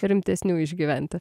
rimtesnių išgyventi